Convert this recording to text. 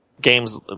games